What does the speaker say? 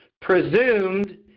presumed